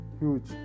huge